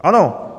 Ano.